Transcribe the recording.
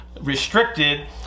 restricted